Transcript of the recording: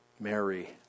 Mary